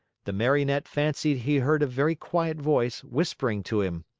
the marionette fancied he heard a very quiet voice whispering to him